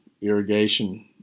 irrigation